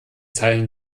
zeilen